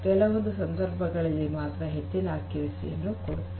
ಕೆಲವೊಂದು ಸಂದರ್ಭಗಳಲ್ಲಿ ಮಾತ್ರ ಹೆಚ್ಚಿನ ನಿಖರತೆಯನ್ನು ಕೊಡುತ್ತದೆ